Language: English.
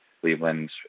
Cleveland